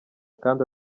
kandi